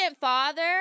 father